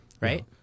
right